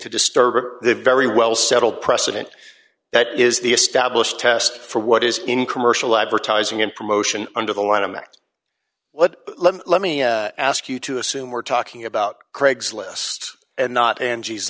to disturb the very well settled precedent that is the established test for what is in commercial advertising and promotion under the lanham act but let me ask you to assume we're talking about craig's list and not an